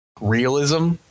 realism